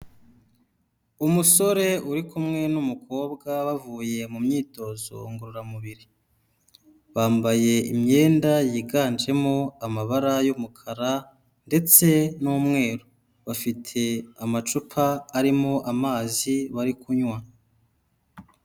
Umusore uri kumwe n'umukobwa bavuye mu myitozo ngororamubiri, bambaye imyenda yiganjemo amabara y'umukara ndetse n'umweru, bafite amacupa arimo amazi bari kunywa.